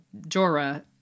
Jorah